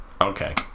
okay